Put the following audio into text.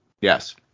yes